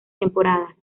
temporadas